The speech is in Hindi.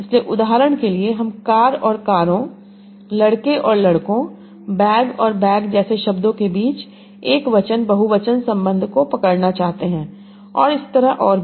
इसलिए उदाहरण के लिए हम कार और कारों लड़के और लड़कों बैग और बैग जैसे शब्दों के बीच एकवचन बहुवचन संबंध को पकड़ना चाहते हैं और इसी तरह और भी